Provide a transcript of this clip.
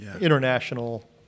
international